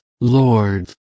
Lord